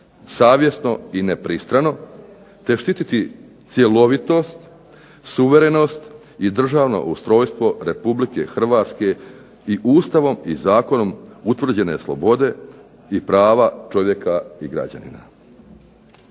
savjesno i nepristrano te štititi cjelovitost, suverenost i državno ustrojstvo RH i Ustavom i zakonom utvrđene slobode i prava čovjeka i građanina.